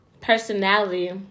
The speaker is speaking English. personality